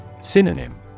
SYNONYM